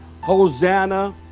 hosanna